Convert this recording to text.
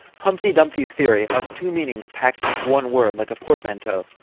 humpty-dumpty's theory, of two meanings packed into one word like a portmanteau,